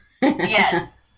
Yes